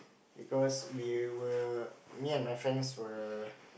because we were me and my friends were